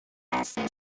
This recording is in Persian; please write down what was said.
کنسل